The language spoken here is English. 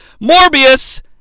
Morbius